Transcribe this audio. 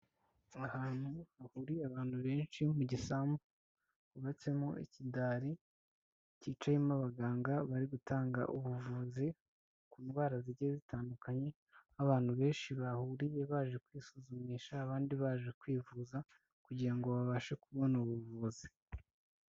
Ahantu hahuriye abantu benshi mu gisambu hubatsemo ikidari cyicayemo abaganga bari gutanga ubuvuzi ku ndwara zigiye zitandukanye, abantu benshi bahuriye baje kwisuzumisha abandi baje kwivuza, kugira ngo babashe kubona ubuvuzi.